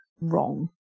wrong